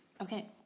Okay